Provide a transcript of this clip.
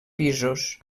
pisos